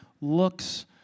looks